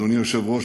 אדוני היושב-ראש,